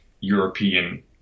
European